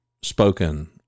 spoken